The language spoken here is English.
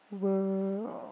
Whoa